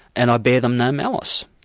and i bear them no malice.